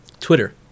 twitter